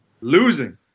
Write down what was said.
Losing